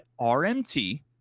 RMT